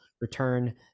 return